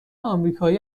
آمریکایی